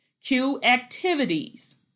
Q-activities